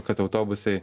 kad autobusai